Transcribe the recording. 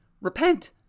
repent